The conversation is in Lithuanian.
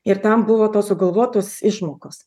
ir tam buvo tos sugalvotos išmokos